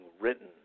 written